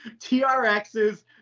TRXs